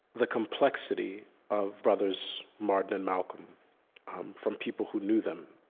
the complexity of brothers martin and malcolm um from people who knew them.